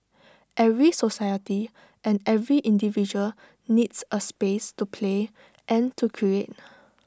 every society and every individual needs A space to play and to create